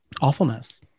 awfulness